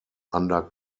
under